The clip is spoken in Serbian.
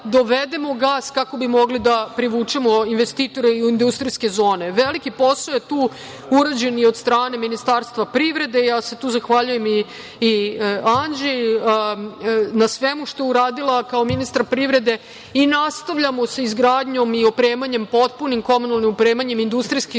dovedemo gas kako bi mogli da privučemo investitore i u industrijske zone. Veliki posao je tu urađen i od strane Ministarstva privrede. Ja se tu zahvaljujem i Anđi na svemu što je uradila kao ministar privrede. Nastavljamo sa izgradnjom i opremanjem, potpunim komunalnim opremanjem industrijskih